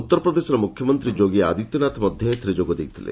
ଉତ୍ତରପ୍ରଦେଶର ମୁଖ୍ୟମନ୍ତ୍ରୀ ଯୋଗୀ ଆଦିତ୍ୟନାଥ ମଧ୍ୟ ଏଥିରେ ଯୋଗ ଦେଇଥିଲେ